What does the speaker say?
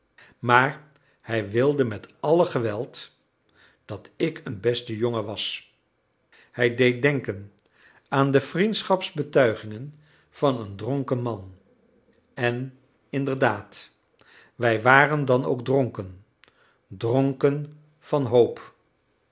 maar hij wilde met alle geweld dat ik een beste jongen was hij deed denken aan de vriendschapsbetuigingen van een dronken man en inderdaad wij waren dan ook dronken dronken van hoop